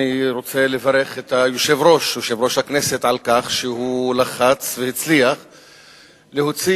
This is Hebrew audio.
אני רוצה לברך את יושב-ראש הכנסת על כך שהוא לחץ והצליח להוציא